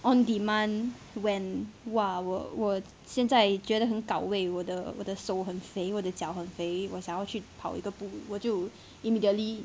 on demand when !wah! 我我现在觉得很 gao wei 我的我的手很肥我的脚很肥我想要去跑一个步我就 immediately